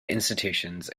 institutions